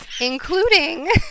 Including